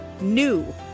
NEW